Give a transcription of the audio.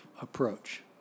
approach